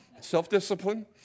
Self-discipline